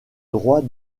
droits